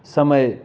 समय